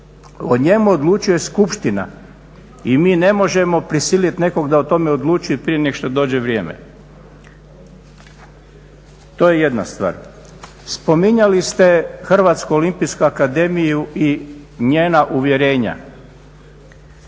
O njemu odlučuje skupština i mi ne možemo prisiliti nekog da o tome odluči prije nego što dođe vrijeme. To je jedna stvar. Spominjali ste Hrvatsku olimpijsku akademiju i njena uvjerenja.